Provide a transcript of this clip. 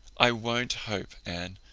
i won't hope, anne.